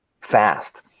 fast